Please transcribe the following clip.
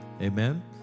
Amen